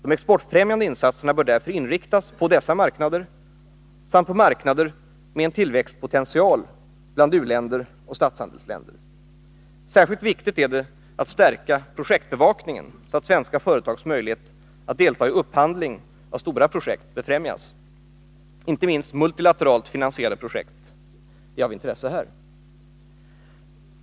De exportfrämjande insatserna bör därför inriktas på dessa marknader samt på marknader med tillväxtpotential bland u-länder och statshandelsländer. Särskilt viktigt är det att stärka projektbevakningen, så att svenska företags möjlighet att delta i upphandling av stora projekt befrämjas. Inte minst multilateralt finansierade projekt är här av intresse.